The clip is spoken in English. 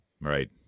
Right